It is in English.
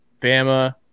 Bama